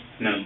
No